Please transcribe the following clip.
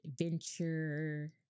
adventure